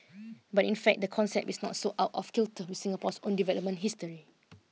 but in fact the concept is not so out of kilter with Singapore's own development history